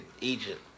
Egypt